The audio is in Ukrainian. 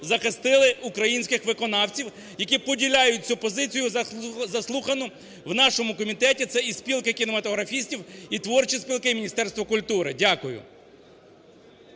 захистили українських виконавців, які поділяють цю позицію, заслухану в нашому комітеті. Це і спілка кінематографістів, і творчі спілки, і Міністерство культури. Дякую.